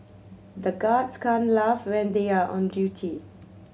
the guards can't laugh when they are on duty